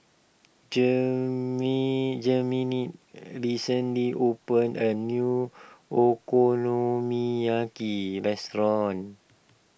Jermaine recently opened a new Okonomiyaki restaurant